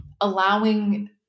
allowing